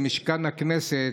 למשכן הכנסת,